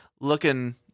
looking